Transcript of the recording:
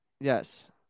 Yes